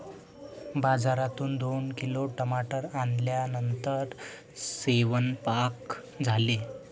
बाजारातून दोन किलो टमाटर आणल्यानंतर सेवन्पाक झाले